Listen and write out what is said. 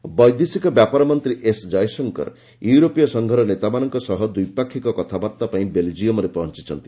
Jaishankar EU ବୈଦେଶିକ ବ୍ୟାପାର ମନ୍ତ୍ରୀ ଏସ୍ ଜୟଶଙ୍କର ୟୁରୋପୀୟ ସଂଘର ନେତାମାନଙ୍କ ସହ ଦ୍ୱିପାକ୍ଷିକ କଥାବାର୍ତ୍ତା ପାଇଁ ବେଲଜିୟମରେ ପହଞ୍ଚିଛନ୍ତି